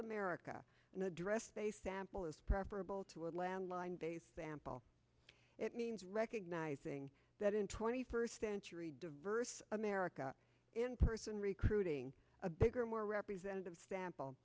america an address they sample is preferable to a landline based spam paul it means recognizing that in twenty first century diverse america in person recruiting a bigger more representative sample